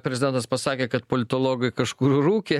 prezidentas pasakė kad politologai kažkur rūkė